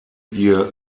ihr